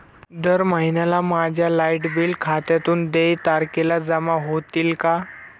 दर महिन्याला माझ्या लाइट बिल खात्यातून देय तारखेला जमा होतील का?